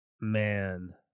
man